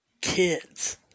kids